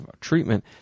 treatment